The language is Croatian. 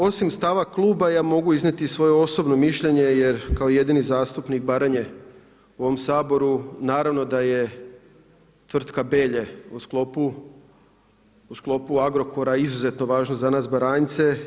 Osim stava kluba ja mogu iznijeti i svoje osobno mišljenje, jer kao jedini zastupnik Baranje u ovom Saboru naravno da je tvrtka Belje u sklopu Agrokora izuzetno važno za nas Baranjce.